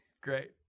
great